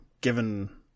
given